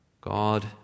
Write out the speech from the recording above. God